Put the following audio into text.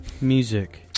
Music